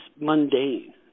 mundane